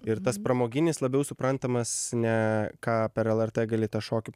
ir tas pramoginis labiau suprantamas ne ką per lrt gali tą šokį